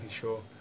sure